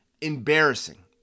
Embarrassing